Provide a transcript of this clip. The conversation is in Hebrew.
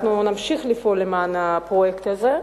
מצד שני, אנחנו נמשיך לפעול למען הפרויקט הזה.